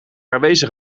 aanwezig